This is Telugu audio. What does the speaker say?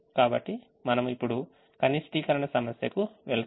కాబట్టి మనము ఇప్పుడు కనిష్టీకరణ సమస్యకు వెళ్తాము